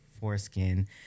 foreskin